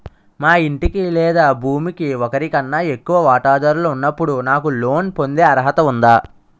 మా ఇంటికి లేదా భూమికి ఒకరికన్నా ఎక్కువ వాటాదారులు ఉన్నప్పుడు నాకు లోన్ పొందే అర్హత ఉందా?